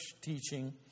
teaching